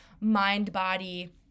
mind-body